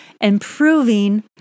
improving